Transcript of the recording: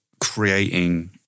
creating